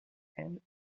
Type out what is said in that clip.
and